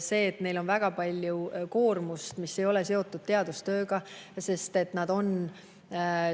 see, et neil on väga palju koormust, mis ei ole seotud teadustööga, sest nad on tihti